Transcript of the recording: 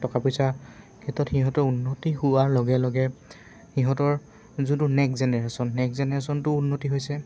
টকা পইচাৰ ক্ষেত্ৰত সিহঁতৰ উন্নতি হোৱাৰ লগে লগে সিহঁতৰ যোনটো নেক্সট জেনেৰেশ্যন নেক্সট জেনেৰেশ্যনটো উন্নতি হৈছে